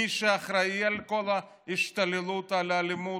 מי שאחראי לכל ההשתוללות, לאלימות,